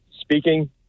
speaking